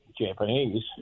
Japanese